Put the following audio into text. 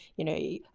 you know,